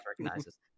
recognizes